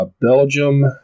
Belgium